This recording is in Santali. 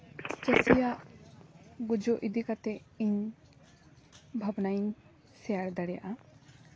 ᱪᱟᱹᱥᱤᱭᱟᱜ ᱜᱩᱡᱩᱜ ᱤᱫᱤ ᱠᱟᱛᱮ ᱤᱧ ᱵᱷᱟᱵᱽᱱᱟ ᱤᱧ ᱥᱮᱭᱟᱨ ᱫᱟᱲᱮᱭᱟᱜᱼᱟ